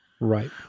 Right